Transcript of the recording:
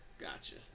Gotcha